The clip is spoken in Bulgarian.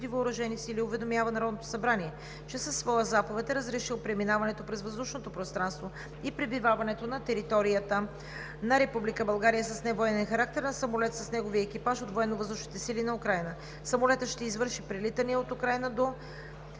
въоръжени сили уведомява Народното събрание, че със своя заповед е разрешил преминаването през въздушното пространство и пребиваването на територията на Република България с невоенен характер на самолет с неговия екипаж от Военновъздушните сили на Украйна. Самолетът ще извърши прелитания от Украйна до